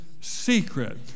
secret